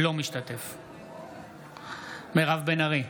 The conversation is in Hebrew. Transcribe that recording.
אינו משתתף בהצבעה מירב בן ארי,